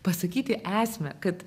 pasakyti esmę kad